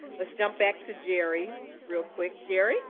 let's jump back to jerry real quick. jerry